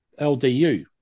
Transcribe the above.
LDU